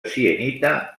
sienita